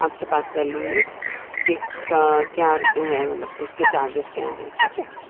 आप से बात कर लूँगी कि आपका क्या है मतलब उसके चार्जेस क्या हैं ठीक है